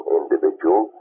individual